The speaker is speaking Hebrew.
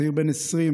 צעיר בן 20,